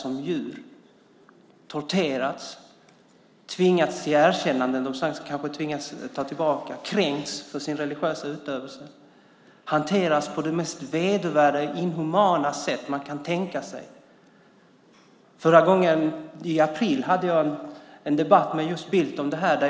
De har torterats och tvingats till erkännanden de kanske tvingas ta tillbaka. De kränks för sin religiösa utövning och hanteras på det mest vedervärdiga och inhumana sätt man kan tänka sig. I april hade jag en debatt med Bildt om detta.